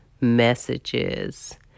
messages